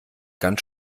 ganz